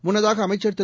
முள்னதாக அமைச்சர் திரு